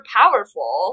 powerful